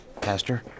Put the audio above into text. Pastor